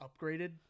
upgraded